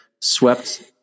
swept